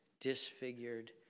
disfigured